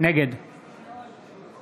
נגד